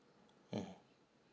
mm